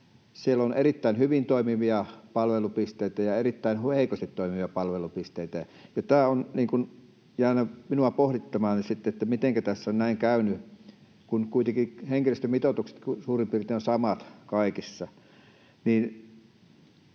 siellä on erittäin hyvin toimivia palvelupisteitä ja erittäin heikosti toimivia palvelupisteitä, ja tämä on jäänyt minua pohdituttamaan sitten, mitenkä tässä on näin käynyt, kun kuitenkin henkilöstömitoitukset suurin piirtein ovat samat kaikissa.